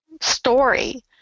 story